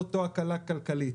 לאותה הקלה כלכלית,